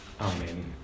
Amen